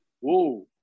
whoa